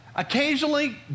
Occasionally